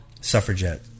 Suffragette